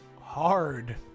hard